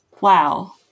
wow